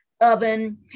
oven